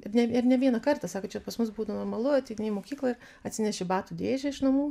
ir ne ir ne vieną kartą sako čia pas mus būdavo normalu ateini į mokyklą ir atsineši batų dėžę iš namų